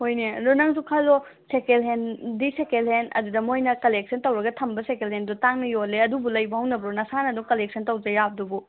ꯍꯣꯏꯅꯦ ꯑꯗꯣ ꯅꯪꯁꯨ ꯈꯜꯂꯣ ꯁꯦꯀꯦꯟ ꯍꯦꯟꯗꯤ ꯁꯦꯀꯦꯟ ꯍꯦꯟ ꯑꯗꯨꯗ ꯃꯣꯏꯅ ꯀꯂꯦꯛꯁꯟ ꯇꯧꯔꯒ ꯊꯝꯕ ꯁꯦꯀꯦꯟ ꯍꯦꯟꯗꯣ ꯇꯥꯡꯅ ꯌꯣꯜꯂꯦ ꯑꯗꯨꯕꯨ ꯂꯩꯕ ꯍꯧꯅꯕ꯭ꯔꯣ ꯅꯁꯥꯅ ꯑꯗꯣ ꯀꯂꯦꯛꯁꯟ ꯇꯧꯖ ꯌꯥꯕꯗꯨꯕꯨ